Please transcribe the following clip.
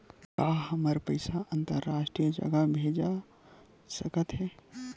का हमर पईसा अंतरराष्ट्रीय जगह भेजा सकत हे?